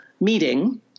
meeting